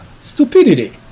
stupidity